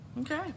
Okay